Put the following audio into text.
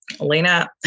Elena